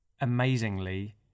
amazingly